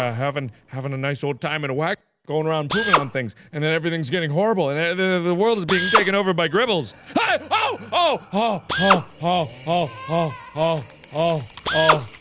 ah havin having a nice old time and a wagon going around pooping on things. and then everything's getting horrible and and the world is being taken over by gribbles. hey oh ah ah ah ah ah ah oh ah